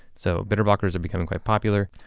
so, bitter blockers are becoming quite popular.